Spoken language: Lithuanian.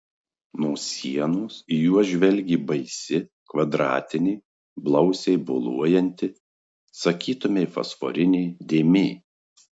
nuo sienos į juos žvelgė baisi kvadratinė blausiai boluojanti sakytumei fosforinė dėmė